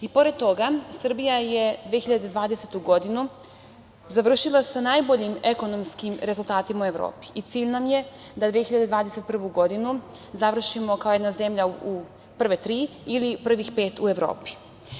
I pored toga Srbija je 2020. godinu završila sa najboljim ekonomskim rezultatima u Evropi i cilj nam je da 2021. godinu završimo kao jedna zemlja u prve tri ili prvih pet u Evropi.